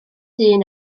dyn